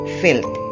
filth